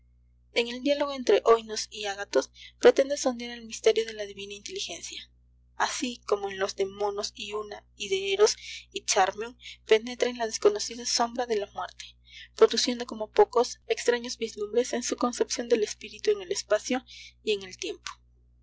en el diálogo entre oinos y agathos pretende sondear el misterio de la divina inteligencia así como en los de monos y una y de eros y charmion penetra en la desconocida sombra de la muerte produciendo como pocos extraños vislumbres en su concepción del espíritu en el espacio y en el tiempo